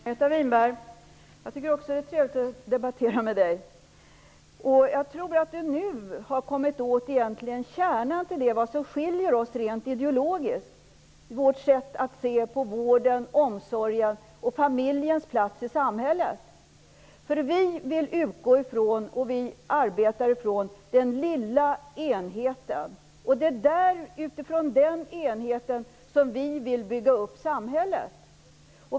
Herr talman! Jag tycker också att det är trevligt att vi debatterar, Margareta Winberg! Jag tror att vi nu egentligen har kommit åt kärnan när det gäller den rent ideologiska skillnaden mellan oss. Det gäller då vårt sätt att se på vården, omsorgen och familjens plats i samhället. Vi utgår från, och arbetar utifrån, den lilla enheten. Det är utifrån den enheten som vi vill bygga upp samhället.